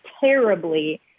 terribly